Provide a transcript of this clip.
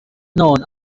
known